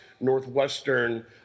Northwestern